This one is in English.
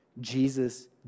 Jesus